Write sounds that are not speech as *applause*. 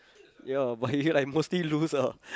ya but he *laughs* like mostly lose ah